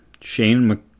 Shane